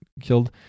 killed